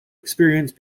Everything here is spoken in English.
experience